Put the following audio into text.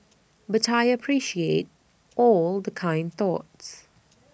but I appreciate all the kind thoughts